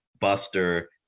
Buster